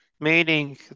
Meaning